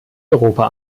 europa